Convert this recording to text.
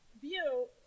view